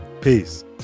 Peace